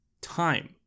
time